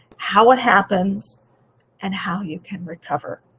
how it happens and how you can recover.